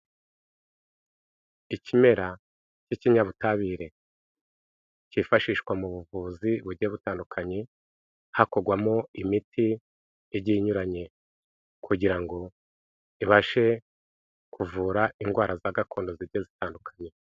Ikimera cy'ikinyabutabire, cyifashishwa mu buvuzi bugiye butandukanye, hakorwamo imiti igiye inyuranye, kugira ngo ibashe kuvura indwara za gakondo zigiye zitandukanye.